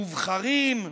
מובחרים,